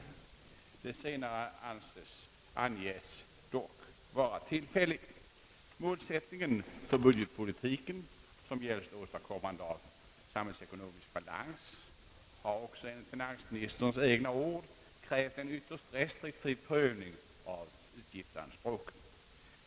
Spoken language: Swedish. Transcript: Det senare anges dock vara tillfälligt. Målsättningen för budgetpolitiken, som gällt åstadkommande av samhällsekonomisk balans, har också enligt finansministerns egna ord krävt en ytterst restriktiv prövning av utgiftsanspråken.